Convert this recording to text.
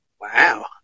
Wow